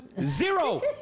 zero